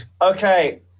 Okay